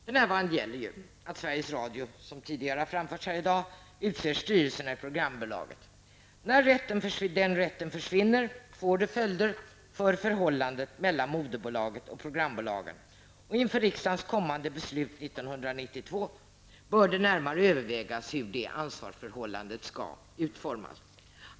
För närvarande gäller att Sveriges Radio, som tidigare har framförts här i dag, utser styrelserna i programbolaget. När den rätten försvinner får det följder för förhållandet mellan moderbolaget och programbolagen. Inför riksdagens kommande beslut 1992 bör det närmare övervägas hur det ansvarsförhållandet skall utformas.